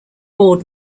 board